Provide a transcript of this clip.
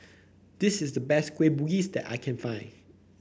this is the best Kueh Bugis that I can find